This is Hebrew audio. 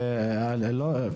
האלה?